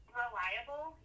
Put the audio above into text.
reliable